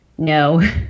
no